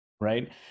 right